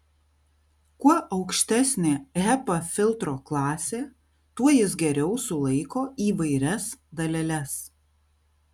kuo aukštesnė hepa filtro klasė tuo jis geriau sulaiko įvairias daleles